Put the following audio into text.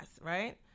right